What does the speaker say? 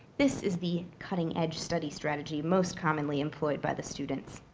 this is the cutting edge study strategy most commonly employed by the students.